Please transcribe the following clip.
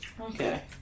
Okay